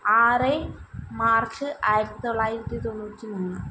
ആറ് മാർച്ച് ആയിരത്തി തൊള്ളായിരത്തി തൊണ്ണൂറ്റി മൂന്ന്